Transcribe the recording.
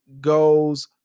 goes